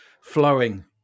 flowing